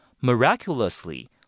Miraculously